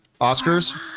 oscars